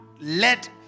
let